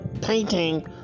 painting